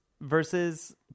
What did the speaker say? versus